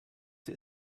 sie